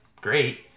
Great